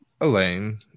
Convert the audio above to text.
Elaine